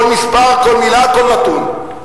כל מספר, כל מלה, כל נתון.